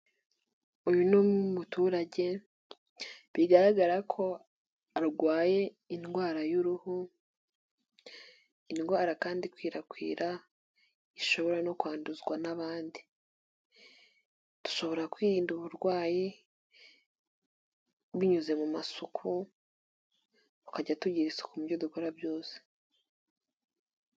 Uyu ni umuturage bigaragara ko arwaye indwara y'uruhu, indwara kandi ikwirakwira ishobora no kwanduzwa n'abandi, dushobora kwirinda uburwayi binyuze mu masuku, tukajya tugira isuku mu byo dukora byose.